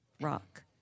rock